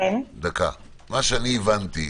מה שהבנתי,